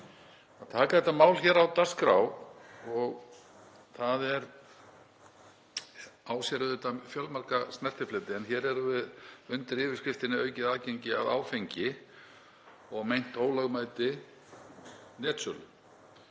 að taka þetta mál hér á dagskrá. Það á sér auðvitað fjölmarga snertifleti. En hér erum við undir yfirskriftinni Aukið aðgengi að áfengi og meint ólögmæti netsölu.